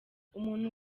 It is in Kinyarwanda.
umuntu